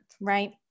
Right